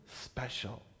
special